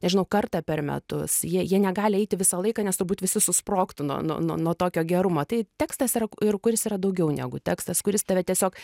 nežinau kartą per metus jei jie negali eiti visą laiką nes turbūt visi susprogtų nuo nuo nuo tokio gerumo tai tekstas yra ir kuris yra daugiau negu tekstas kuris tave tiesiog